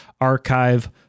archive